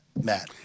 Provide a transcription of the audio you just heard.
Matt